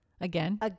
again